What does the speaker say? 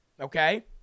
okay